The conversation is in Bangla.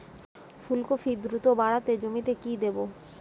ফুলকপি দ্রুত বাড়াতে জমিতে কি দেবো?